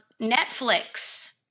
Netflix